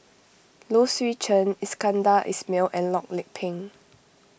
Low Swee Chen Iskandar Ismail and Loh Lik Peng